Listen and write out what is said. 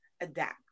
adapt